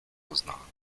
poznała